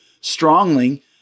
strongly